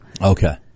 Okay